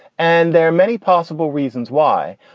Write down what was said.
and there are many possible reasons why.